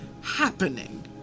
happening